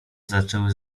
zaczęły